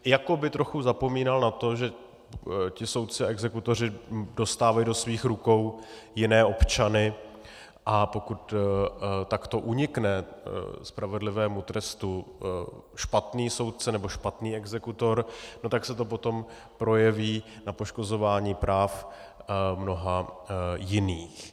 Jako by trochu zapomínal na to, že ti soudci a exekutoři dostávají do svých rukou jiné občany, a pokud takto unikne spravedlivému trestu špatný soudce nebo špatný exekutor, tak se to potom projeví na poškozování práv mnoha jiných.